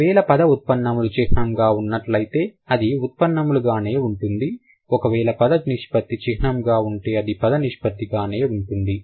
ఒకవేళ పద ఉత్పన్నములు చిహ్నముగా ఉన్నట్లయితే అది ఉత్పన్నములు గానే ఉంటుంది ఒకవేళ పద నిష్పత్తి చిహ్నముగా ఉంటే అది పద నిష్పత్తి గానే ఉంటుంది